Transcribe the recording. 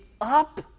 up